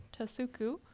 tasuku